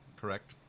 Correct